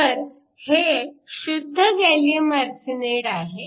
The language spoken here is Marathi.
तर हे शुद्ध गॅलीअम आर्सेनाईड आहे